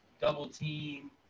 double-team